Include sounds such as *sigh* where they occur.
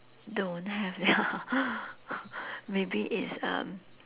don't have leh *laughs* maybe it's um